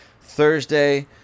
Thursday